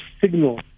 signal